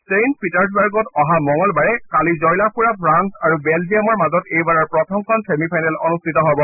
saint পিটাচবাৰ্গত অহা মঙ্গলবাৰে কালি জয়লাভ কৰা ফ্ৰান্স আৰু বেলজিয়ামৰ মাজত এইবাৰৰ প্ৰথমখন চেমীফাইনেল অনুষ্ঠিত হব